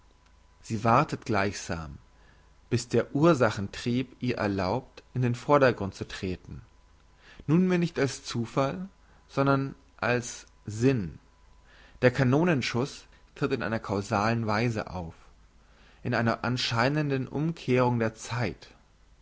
sie wartet gleichsam bis der ursachentrieb ihr erlaubt in den vordergrund zu treten nunmehr nicht mehr als zufall sondern als sinn der kanonenschuss tritt in einer causalen weise auf in einer anscheinenden umkehrung der zeit